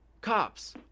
cops